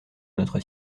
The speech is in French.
notre